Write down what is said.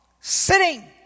sitting